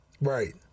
Right